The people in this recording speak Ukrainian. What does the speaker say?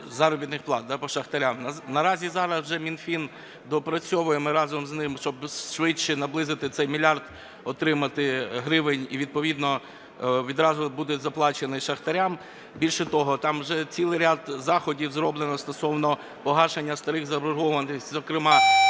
заробітних плат по шахтарям. Наразі зараз вже Мінфін доопрацьовує, ми разом з ним, щоб швидше наблизити цей мільярд, отримати, гривень і відповідно відразу буде заплачений шахтарям. Більше того, там вже цілий ряд заходів зроблено стосовно погашення старих заборгованостей, зокрема,